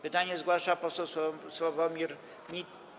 Pytanie zgłasza poseł Sławomir Ni.